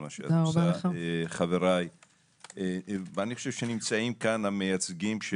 אני חושב שנמצאים פה המייצגים,